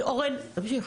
אורן, תמשיך.